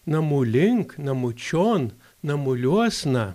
namų link namų čion namuliuosna